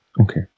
Okay